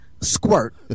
squirt